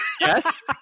yes